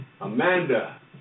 Amanda